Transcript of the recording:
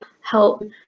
help